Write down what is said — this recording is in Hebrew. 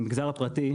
המגזר הפרטי,